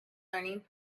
learning